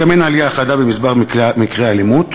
וגם אין עלייה חדה במספר מקרי האלימות.